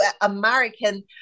American